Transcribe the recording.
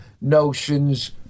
notions